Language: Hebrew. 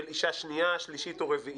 של אישה שנייה, שלישית או רביעית?